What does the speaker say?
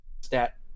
stat